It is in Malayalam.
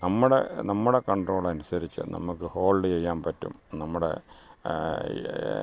നമ്മുടെ നമ്മുടെ കണ്ട്രോള് അനുസരിച്ച് നമുക്ക് ഹോൾഡ് ചെയ്യാൻ പറ്റും നമ്മുടെ